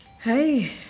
Hey